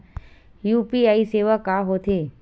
UPI सेवा का होथे?